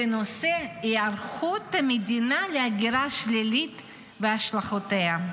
בנושא היערכות המדינה להגירה שלילית והשלכותיה,